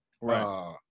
Right